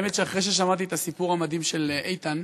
האמת שאחרי ששמעתי את הסיפור המדהים של איתן,